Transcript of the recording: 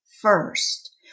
first